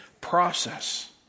process